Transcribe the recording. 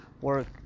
work